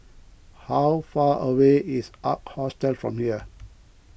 how far away is Ark Hostel from here